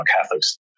Catholics